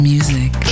Music